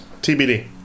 TBD